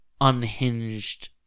unhinged